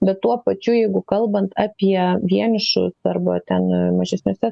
bet tuo pačiu jeigu kalbant apie vienišus arba ten mažesnėse